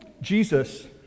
Jesus